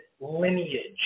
lineage